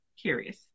curious